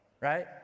Right